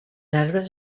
arbres